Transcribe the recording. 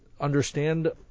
understand